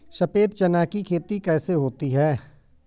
सफेद चना की खेती कैसे होती है?